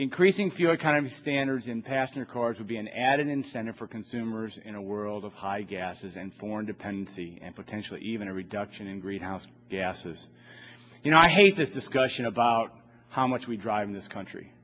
increasing fuel economy standards in passenger cars would be an added incentive for consumers in a world of high gases and foreign dependency and potentially even a reduction in greenhouse gases you know i hate this discussion about how much we drive in this country